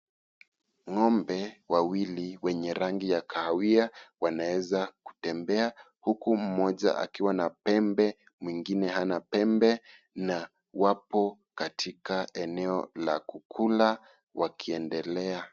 Ng'ombe wawili wenye rangi ya kahawia wanaeza kutembea, huku mmoja akiwa na pembe, mwingine hana pembe, na wapo katika eneo la kukula wakiendelea.